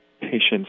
patients